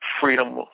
freedom